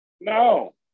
No